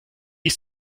ist